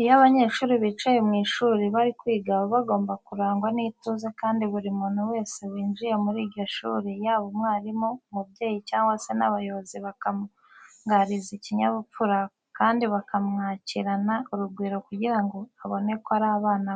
Iyo abanyeshuri bicaye mu ishuri bari kwiga baba bagomba kurangwa n'ituze kandi buri muntu wese winjiye muri iryo shuri yaba umwarimu, umubyeyi cyangwa se n'abayobozi bakamugaragariza ikinyabupfura kandi bakamwakirana urugwiro kugira ngo abone ko ari abana